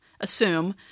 assume